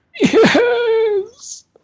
Yes